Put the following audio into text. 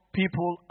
people